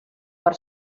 per